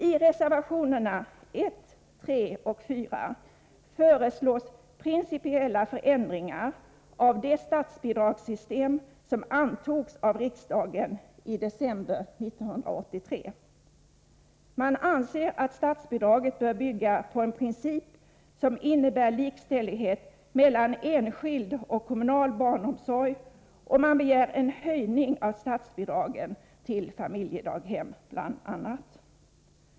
I reservationerna 1, 3 och 4 föreslås principiella förändringar av det statsbidragssystem som antogs av riksdagen i december 1983. Man anser att statsbidraget bör bygga på en princip som innebär likställighet mellan enskild och kommunal barnomsorg, och man begär en höjning av statsbidragen till bl.a. familjedaghem.